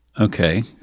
okay